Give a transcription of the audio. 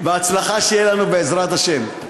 בהצלחה שיהיה לנו, בעזרת השם.